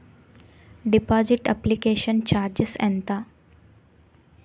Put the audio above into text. Deposit application charges ఎంత?